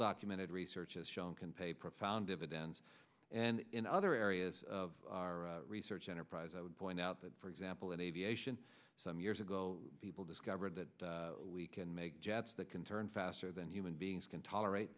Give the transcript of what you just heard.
documented research has shown can pay profound dividends and in other areas of our research enterprise i would point out that for example in aviation some years ago people discovered that we can make jets that can turn faster than human beings can tolerate